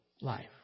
life